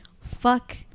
fuck